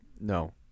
No